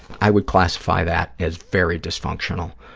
i would classify that as very dysfunctional,